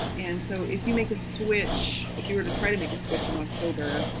and so if you make a switch if you were to try to make a switch in october,